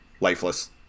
Lifeless